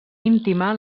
íntima